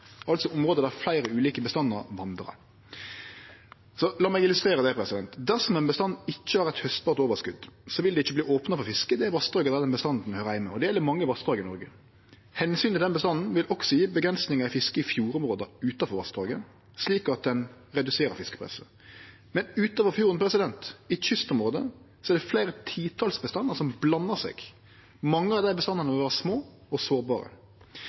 altså område der fleire ulike bestandar vandrar. La meg illustrere det: Dersom ein bestand ikkje har eit haustbart overskot, vil det ikkje verte opna for fiske i det vassdraget der den bestanden høyrer heime, og det gjeld mange vassdrag i Noreg. Omsynet til den bestanden vil også gje avgrensingar i fisket i fjordområda utanfor vassdraget, slik at ein reduserer fiskepresset. Men utover fjorden, i kystområdet, er det fleire titals bestandar som blandar seg. Mange av dei bestandane vil vere små og sårbare.